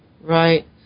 right